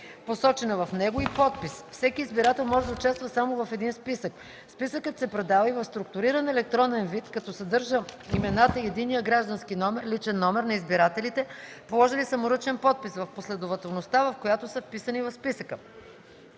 посочена в него, и подпис; всеки избирател може да участва само в един списък; списъкът се предава и в структуриран електронен вид, като съдържа имената и единния граждански номер (личен номер) на избирателите, положили саморъчен подпис, в последователността, в която са вписани в списъка;